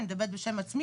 אני מדברת בשם עצמי,